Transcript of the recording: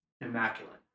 immaculate